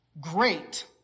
great